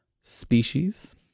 Species